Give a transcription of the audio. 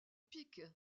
pique